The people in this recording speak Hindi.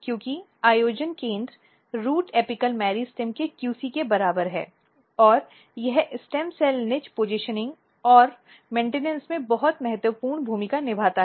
क्योंकि आयोजन केंद्र रूट एपिकल मेरिस्टेम के QC के बराबर है और यह स्टेम सेल निच पज़िशनिंग और मेन्टिनॅन्स में बहुत महत्वपूर्ण भूमिका निभाता है